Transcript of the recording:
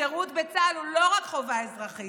השירות בצה"ל הוא לא רק חובה אזרחית,